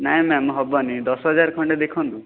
ନାହିଁ ମ୍ୟାମ୍ ହେବନି ଦଶ ହଜାର ଖଣ୍ଡେ ଦେଖନ୍ତୁ